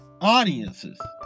audiences